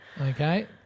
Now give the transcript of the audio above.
Okay